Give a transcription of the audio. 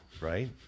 right